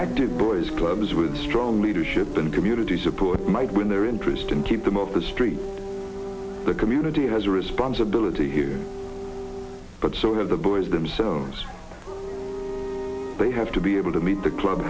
active boys clubs with strong leadership and community support might win their interest and keep them of the street the community has a responsibility here but so have the boys themselves they have to be able to meet the club